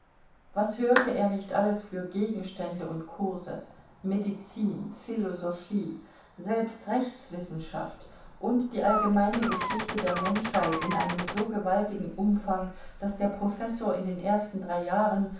was hörte er nicht alles für gegenstände und kurse medizin philosophie selbst rechtswissenschaft und die allgemeine geschichte der menschheit in einem so gewaltigen umfang daß der professor in den ersten drei jahren